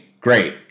great